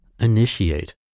initiate